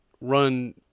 run